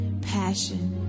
passion